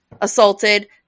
assaulted